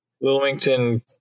Wilmington